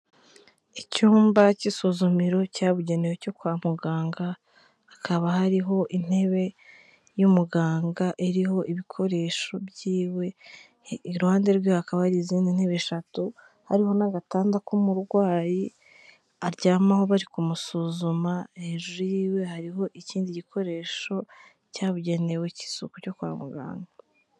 Icyumba cy'isuzumiro cyabugenewe cyo kwa muganga, hakaba hariho intebe y'umuganga iriho ibikoresho by'iwe, iruhande rwe hakaba hari izindi ntebe eshatu, hariho n'agatanda k'umurwayi aryamaho bari kumusuzuma, hejuru yiwe hariho ikindi gikoresho cyabugenewe cyo kwa muganga.